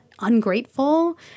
ungrateful